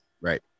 Right